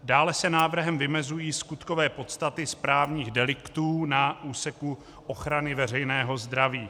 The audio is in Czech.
Dále se návrhem vymezují skutkové podstaty správních deliktů na úseku ochrany veřejného zdraví.